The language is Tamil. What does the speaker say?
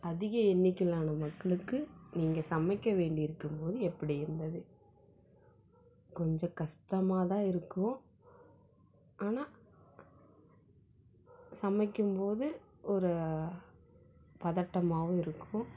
அதிக எண்ணிக்கையிலான மக்களுக்கு நீங்கள் சமைக்க வேண்டி இருக்கும்போது எப்படி இருந்தது கொஞ்சம் கஸ்டமாகதான் இருக்கும் ஆனால் சமைக்கும்போது ஒரு பதட்டமாகவும் இருக்கும்